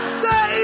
say